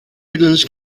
midlands